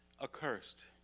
accursed